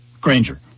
granger